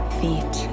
feet